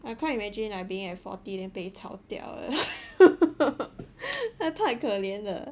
I can't imagine like being at forty then 被炒掉 like quite 可怜的